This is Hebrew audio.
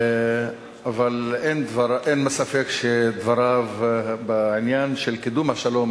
אבל אין ספק שדבריו בעניין של קידום השלום